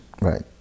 Right